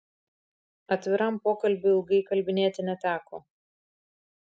atviram pokalbiui ilgai įkalbinėti neteko